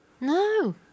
No